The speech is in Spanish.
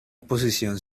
posición